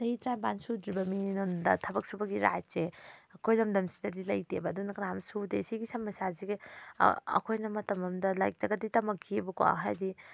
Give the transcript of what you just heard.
ꯆꯍꯤ ꯇꯔꯥ ꯅꯤꯄꯥꯟ ꯁꯨꯗ꯭ꯔꯤꯕ ꯃꯤꯒꯤ ꯂꯝꯗ ꯊꯕꯛ ꯁꯨꯕꯒꯤ ꯔꯥꯏꯠꯁꯦ ꯑꯩꯈꯣꯏ ꯂꯝꯗꯝꯁꯤꯗꯗꯤ ꯂꯩꯇꯦꯕ ꯑꯗꯨꯅ ꯀꯅꯥꯝ ꯁꯨꯗꯦ ꯁꯤꯒꯤ ꯁꯃꯁ꯭ꯌꯥꯁꯤꯒꯤ ꯑꯩꯈꯣꯏꯅ ꯃꯇꯝ ꯑꯃꯗ ꯂꯥꯏꯔꯤꯛꯇꯒꯗꯤ ꯇꯝꯂꯛꯈꯤꯑꯕꯀꯣ ꯍꯥꯏꯗꯤ